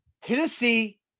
Tennessee